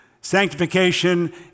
Sanctification